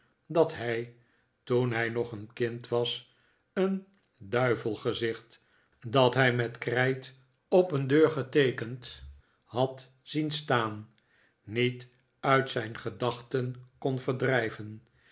dat hij toen hij nog een kind was een duivelgezicht dat hij met krijt op een deur geteekend had zien staan niet uit zijn gedachten kon verdrijven